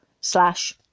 slash